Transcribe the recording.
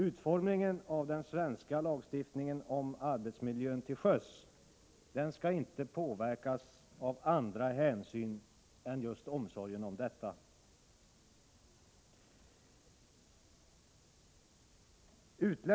Utformningen av den svenska lagstiftningen om arbetsmiljön till sjöss skall inte påverkas av andra hänsyn än just omsorgen om arbetsmiljön.